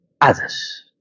Others